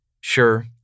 Sure